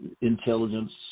intelligence